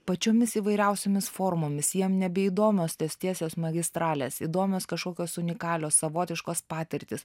pačiomis įvairiausiomis formomis jam nebeįdomios tos tiesios magistralės įdomios kažkokios unikalios savotiškos patirtys